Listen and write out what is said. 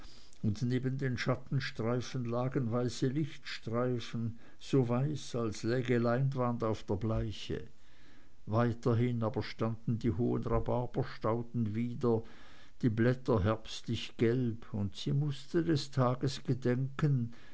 und neben den schattenstreifen lagen weiße lichtstreifen so weiß als läge leinwand auf der bleiche weiterhin aber standen die hohen rhabarberstauden wieder die blätter herbstlich gelb und sie mußte des tages gedenken